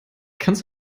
kannst